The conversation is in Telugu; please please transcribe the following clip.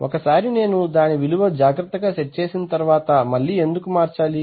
ఒకసారి నేను దాని విలువ జాగ్రత్తగా సెట్ చేసిన తర్వాత మళ్లీ ఎందుకు మార్చాలి